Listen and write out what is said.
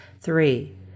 three